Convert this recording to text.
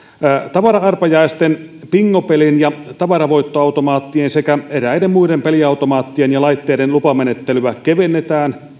tavara arpajaisten bingopelin ja tavaravoittoautomaattien sekä eräiden muiden peliautomaattien ja laitteiden lupamenettelyä kevennetään